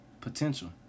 potential